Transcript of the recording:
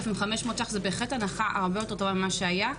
זו בהחלט הנחה הרבה יותר טובה ממה שהיה.